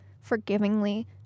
forgivingly